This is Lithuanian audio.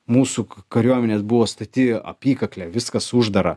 mūsų kariuomenės buvo stati apykaklė viskas uždara